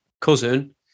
cousin